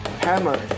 hammer